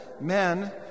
men